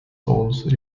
souls